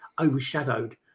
overshadowed